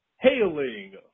hailing